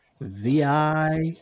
VI